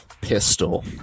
pistol